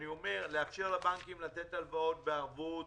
אני אומר שיש לאפשר לבנקים לתת הלוואות בערבות